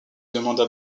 demanda